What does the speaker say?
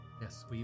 yes